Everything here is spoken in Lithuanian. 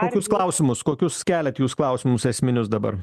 kokius klausimus kokius keliat jūs klausimus esminius dabar